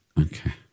okay